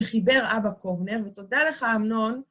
חיבר אבא קובנר, ותודה לך, אמנון.